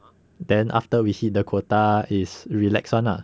then after we hit the quota is relax [one] lah